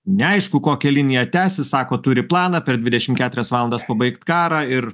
neaišku kokią liniją tęs jis sako turi planą per dvidešim keturias valandas pabaigt karą ir